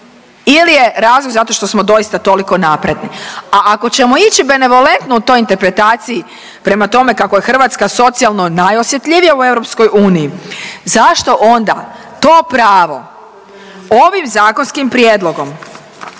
ili je razlog zato što smo doista toliko napredni? A ako ćemo ići benevolentno u toj interpretaciji prema tome kako je Hrvatska socijalno najosjetljivija u EU, zašto onda to pravo ovim zakonskim prijedlogom,